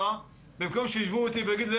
במקום שיישבו איתי ויגידו לי,